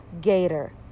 gator